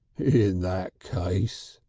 in that case,